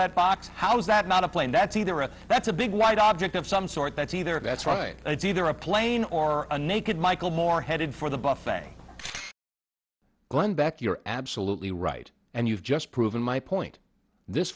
that box how is that not a plane that's either a that's a big wide object of some sort that's either that's right it's either a plane or a naked michael moore headed for the buffet glenn beck you're absolutely right and you've just proven my point this